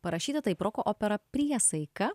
parašyta taip roko opera priesaika